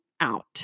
out